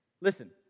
listen